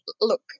look